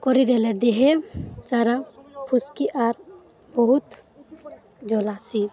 କରିଦେଲେ ଦେହେ ଚାରା ଫୁସ୍କି ଆର୍ ବହୁତ୍ ଜଲାସି